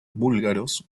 búlgaros